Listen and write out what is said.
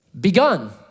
begun